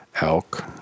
Elk